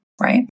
right